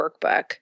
Workbook